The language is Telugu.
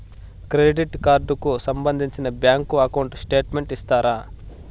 క్రెడిట్ కార్డు కు సంబంధించిన బ్యాంకు అకౌంట్ స్టేట్మెంట్ ఇస్తారా?